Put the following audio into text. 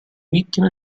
vittime